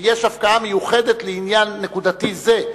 הוא שיש הפקעה מיוחדת לעניין נקודתי זה,